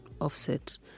offset